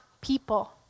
people